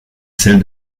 celle